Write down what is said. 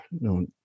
no